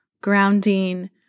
grounding